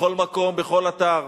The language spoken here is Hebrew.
בכל מקום, בכל אתר,